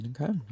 Okay